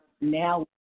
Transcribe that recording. Now